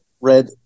red